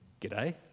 G'day